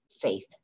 faith